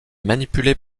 manipuler